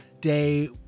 day